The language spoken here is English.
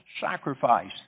sacrifice